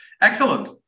excellent